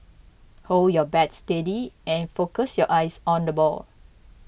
hold your bat steady and focus your eyes on the ball